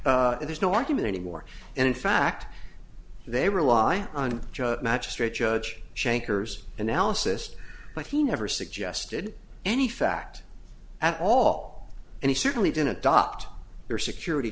there's no argument anymore and in fact they rely on judge magistrate judge shaker's analysis but he never suggested any fact at all and he certainly didn't adopt their security